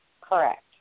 Correct